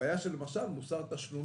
למשל בעיה של מוסר תשלומים,